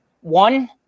one